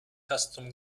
custom